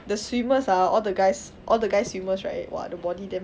the swimmers ah all the guys all the guy swimmers right !wah! the body damn